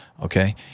Okay